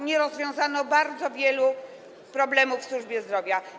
Nie rozwiązano bardzo wielu problemów w służbie zdrowia.